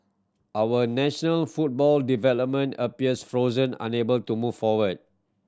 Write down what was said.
our national football development appears frozen unable to move forward